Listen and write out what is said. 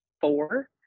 four